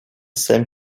same